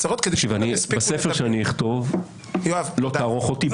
בספר שאני אכתוב לא תערוך אותי.